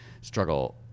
struggle